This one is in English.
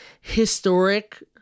historic